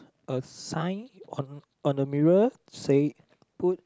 a sign on on the mirror say put